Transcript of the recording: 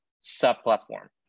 sub-platform